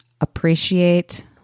appreciate